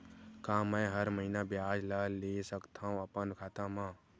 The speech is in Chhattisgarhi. का मैं हर महीना ब्याज ला ले सकथव अपन खाता मा?